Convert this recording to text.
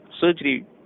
surgery